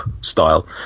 style